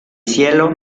cielo